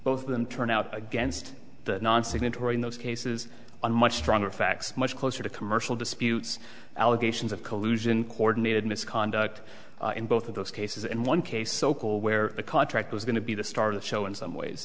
both of them turn out against the non signatory in those cases a much stronger facts much closer to commercial disputes allegations of collusion cord needed misconduct in both of those cases and one case sokol where the contract was going to be the star of the show in some ways